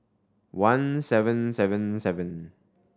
one seven seven seven